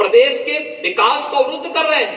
प्रदेश के विकास को अवरूद्ध कर रहे हैं